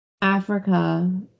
Africa